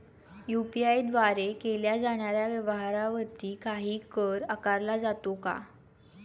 UPI द्वारे केल्या जाणाऱ्या व्यवहारावरती काही कर आकारला जातो का?